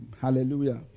Hallelujah